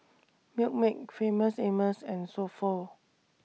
Milkmaid Famous Amos and So Pho